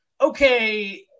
okay